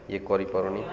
ଇଏ କରିପାରୁନି